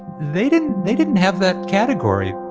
they didn't they didn't have that category.